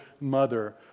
mother